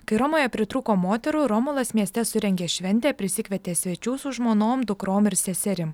kai romoje pritrūko moterų romulas mieste surengė šventę prisikvietė svečių su žmonom dukrom ir seserim